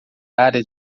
área